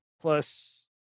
plus